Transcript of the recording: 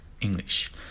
English